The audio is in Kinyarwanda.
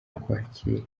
ukwakira